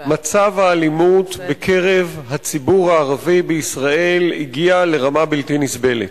מצב האלימות בקרב הציבור הערבי בישראל הגיע לרמה בלתי נסבלת.